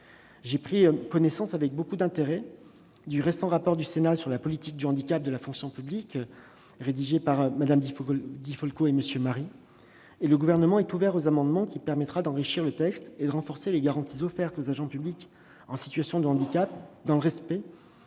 J'ai pris connaissance avec beaucoup d'intérêt du récent rapport du Sénat sur la politique du handicap dans la fonction publique, rédigé par Catherine Di Folco et Didier Marie. Le Gouvernement est ouvert aux amendements visant à enrichir le texte et à renforcer les garanties offertes aux agents publics en situation de handicap, dans le respect